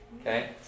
okay